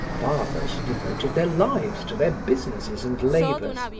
fathers devoted their lives to their businesses and labors,